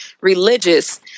religious